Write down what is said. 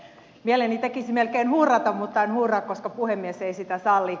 mieleni tekisi melkein hurrata mutta en hurraa koska puhemies ei sitä salli